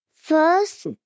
first